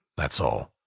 that's all.